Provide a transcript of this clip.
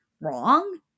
wrong